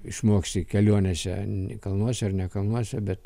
išmoksti kelionese kalnuose ar ne kalnuose bet